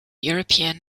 european